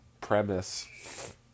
premise